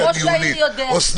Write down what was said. הינה, ראש העיר יודע --- אוסנת.